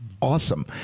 Awesome